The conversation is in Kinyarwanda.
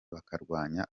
bakarwanya